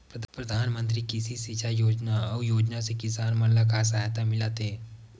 प्रधान मंतरी कृषि सिंचाई योजना अउ योजना से किसान मन ला का सहायता मिलत हे?